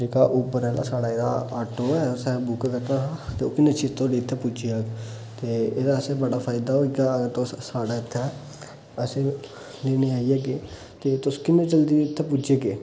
जेह्का उबर ऐ साढ़ा जेह्ड़ा आटो ऐ असें बुक करना हा ते ओह् किन्ने चिर धोड़ी इत्थै पुज्जी जाह्ग ते एह्दे आस्तै बड़ा फायदा होई गेआ अगर तुस साढ़े इत्थै असेंगी लैने आई जाह्गे ते तुस किन्ने जल्दी इत्थै पुज्जी जाह्गे